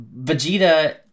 Vegeta